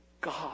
God